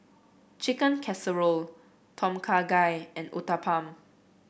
Chicken Casserole Tom Kha Gai and Uthapam